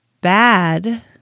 bad